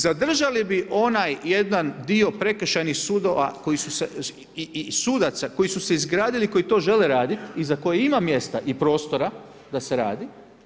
Zadržali bi onaj jedan dio prekršajnih sudova, koji su se i sudaca, koji su se izgradili i koji to žele raditi i za koje ima mjesta i prostora da se radi.